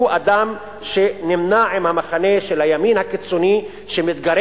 הוא אדם שנמנה עם המחנה של הימין הקיצוני שמתגרה